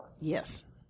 Yes